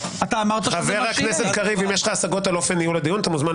אם יש לך השגות על אופן ניהול הדיון,